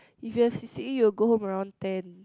if you have C_C_A you'll go home around ten